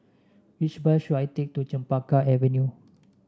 which bus should I take to Chempaka Avenue